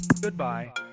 Goodbye